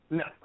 no